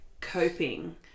coping